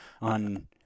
on